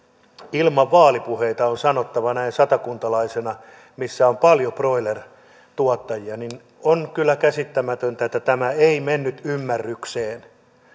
ilman vaalipuheita on sanottava näin satakuntalaisena missä alueella on paljon broilertuottajia että on kyllä käsittämätöntä että tämä ei mennyt ymmärrykseen